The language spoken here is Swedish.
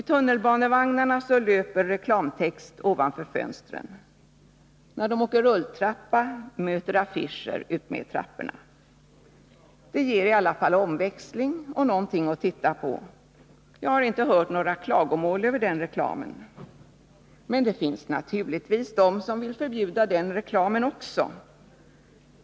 I tunnelbanevagnarna finns det reklamtext ovanför fönstren, och när man åker rulltrappa möter affisher i trapporna. Det ger i alla fall omväxling och någonting att titta på. Jag har inte hört några klagomål över den reklamen, men det finns naturligtvis de som vill förbjuda den reklamen också.